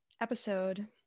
episode